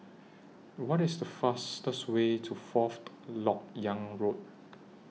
What IS The fastest Way to Fourth Lok Yang Road